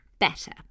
Better